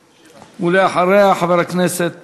ואחריה, חבר הכנסת